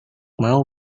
mau